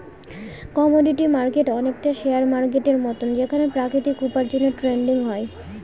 commodity market অনেকটা share মার্কেটের মতন যেখানে প্রাকৃতিক উপার্জনের ট্রেডিং হয়